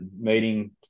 meeting